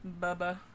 Bubba